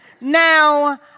Now